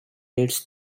dreads